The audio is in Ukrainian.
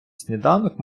сніданок